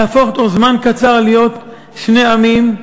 נהפוך תוך זמן קצר להיות שני עמים.